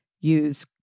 Use